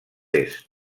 est